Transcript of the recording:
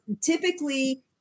Typically